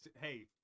hey